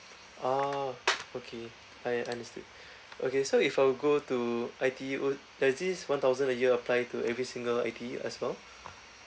oh okay I understood okay so if I were go to I_T_E will does this one thousand a year apply to every single I_T_E as well